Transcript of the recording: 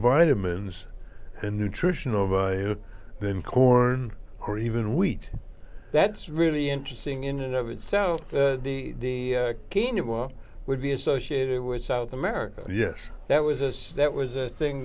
vitamins and nutritional value than corn or even wheat that's really interesting in and of itself the kenya would be associated with south america yes that was us that was a thing